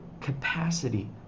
capacity